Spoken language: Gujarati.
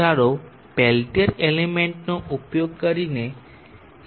ચાલો પેલ્ટીર એલિમેન્ટનો ઉપયોગ કરીને પ્રયોગ કરીએ